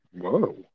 Whoa